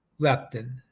leptin